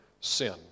sin